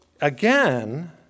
again